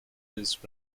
this